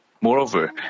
Moreover